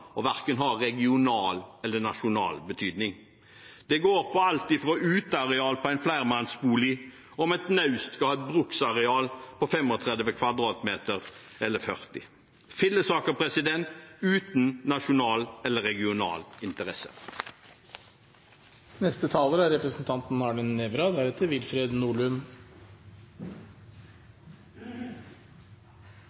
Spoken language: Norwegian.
regional eller nasjonal betydning. Det går på alt fra uteareal til en flermannsbolig eller om et naust skal ha bruksareal på 35 eller 40 m 2 . Det er fillesaker uten nasjonal eller regional interesse.